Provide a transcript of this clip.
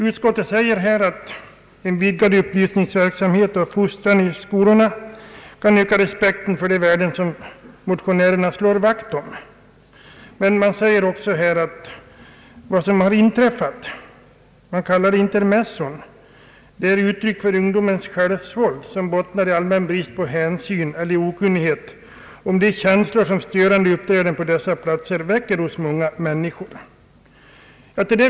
Utskottet säger att en vidgad upplysningsverksamhet och fostran i skolorna kan öka respekten för de värden som motionärerna slår vakt om. Men man säger också att vad som har inträffat — man kallar det intermezzon — är »uttryck för ungdomligt självsvåld, som bottnar i allmän brist på hänsyn eller i okunnighet om de känslor som störande uppträdande på dessa platser väcker hos många människor».